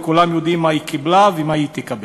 וכולנו יודעים מה היא קיבלה ומה היא תקבל,